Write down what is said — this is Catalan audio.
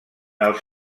els